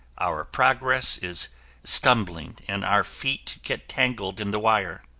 our progress is stumbling and our feet get tangled in the wire.